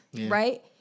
right